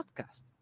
podcast